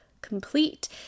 Complete